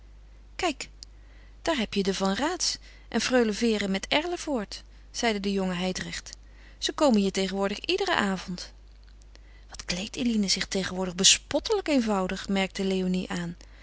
kijk daar heb je de van raats en freule vere met erlevoort zeide de jonge hijdrecht ze komen hier tegenwoordig iederen avond wat kleedt eline zich tegenwoordig bespottelijk eenvoudig merkt léonie aan